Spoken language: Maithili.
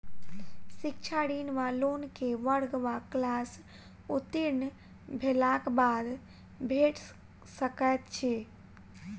शिक्षा ऋण वा लोन केँ वर्ग वा क्लास उत्तीर्ण भेलाक बाद भेट सकैत छी?